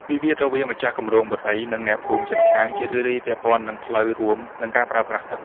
វិវាទរវាងម្ចាស់គម្រោងបុរី និងអ្នកភូមិជិតខាង ជារឿយៗពាក់ព័ន្ធនឹងផ្លូវរួម និងការប្រើប្រាស់ទឹក។